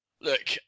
Look